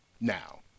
Now